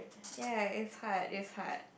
ya is hard is hard